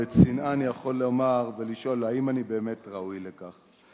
בצנעה אני יכול לומר ולשאול אם אני באמת ראוי לכך,